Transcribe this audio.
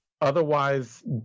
Otherwise